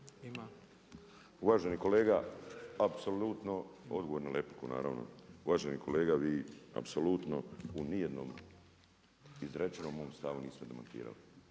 Miro (MOST)** Apsolutno odgovor na repliku naravno. Uvaženi kolega vi apsolutno u nijednom izrečenom stavu niste demantirali.